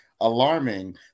alarming